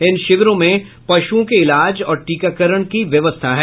इन शिविरों में पश्मओं के इलाज और टीकाकरण की व्यवस्था है